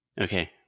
Okay